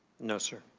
no sir.